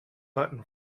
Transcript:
button